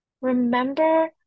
Remember